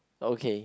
okay